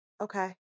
Okay